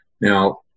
Now